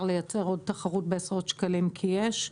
לייצר עוד תחרות בעשרות שקלים כי יש תחרות.